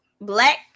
Black